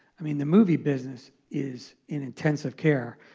i mean the movie business is in intensive care.